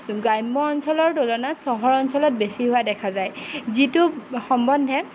গ্ৰাম্য অঞ্চলৰ তুলনাত চহৰ অঞ্চলত বেছি হোৱা দেখা যায় যিটো সম্বন্ধে